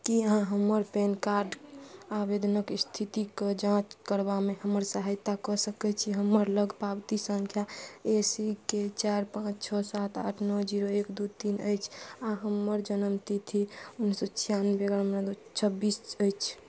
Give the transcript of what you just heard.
कि अहाँ हमर पैन कार्ड आवेदनक इस्थितिके जाँच करबामे हमर सहायता कऽ सकै छी हमरालग पावती सँख्या ए सी के चारि पाँच छओ सात आठ नओ जीरो एक दुइ तीन अछि आओर हमर जनमतिथि उनैस सओ छिआनवे एगारह छब्बीस अछि